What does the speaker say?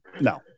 no